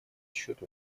счет